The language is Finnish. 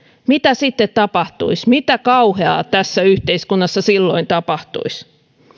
mitä sitten tapahtuisi mitä kauheaa tässä yhteiskunnassa silloin tapahtuisi